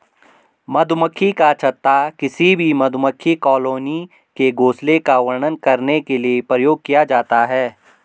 मधुमक्खी का छत्ता किसी भी मधुमक्खी कॉलोनी के घोंसले का वर्णन करने के लिए प्रयोग किया जाता है